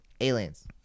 Aliens